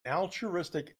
altruistic